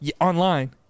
Online